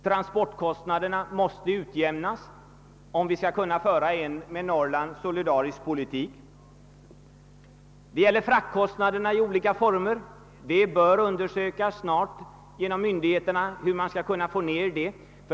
Transportkostnaderna måste utjämnas, om vi skall kunna föra en med Norrland solidarisk politik. Det gäller fraktkostnaderna i olika former. Det bör undersökas genom myndigheterna, hur man skall kunna få ned dem.